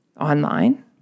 online